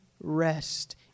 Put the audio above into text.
rest